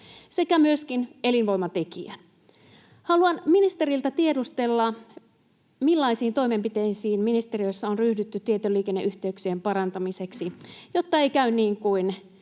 sekä myöskin elinvoimatekijä. Haluan ministeriltä tiedustella: millaisiin toimenpiteisiin ministeriössä on ryhdytty tietoliikenneyhteyksien parantamiseksi, jotta ei käy niin kuin